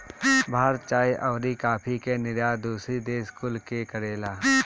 भारत चाय अउरी काफी के निर्यात दूसरी देश कुल के करेला